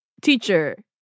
teacher